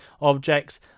objects